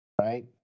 Right